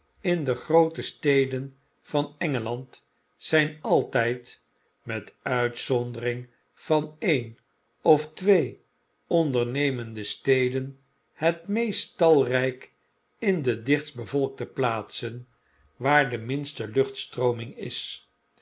in de groote steden van engeland zp altijd met uitzondering van een of twee ondernemende steden het meest talrp in de dichtst bevolkte plaatsen waar de minste luchtstrooming is